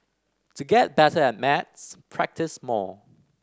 to get better at maths practise more